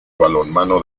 balonmano